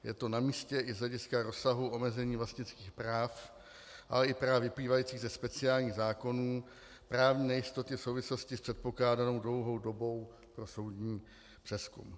Je to namístě i z hlediska rozsahu omezení vlastnických práv, ale i práv vyplývajících ze speciálních zákonů, právní nejistoty v souvislosti s předpokládanou dlouhou dobou pro soudní přezkum.